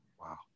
Wow